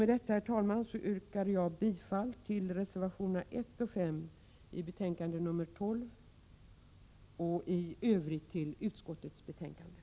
Med detta yrkar jag bifall till reservationerna 1 och 5 i betänkandet 12 ochi Övrigt till utskottets hemställan.